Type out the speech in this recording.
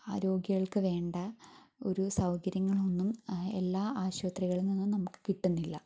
ആ രോഗികൾക്ക് വേണ്ട ഒരു സൗകര്യങ്ങളൊന്നും എല്ലാ ആശുപത്രികളിൽ നിന്നും നമുക്ക് കിട്ടുന്നില്ല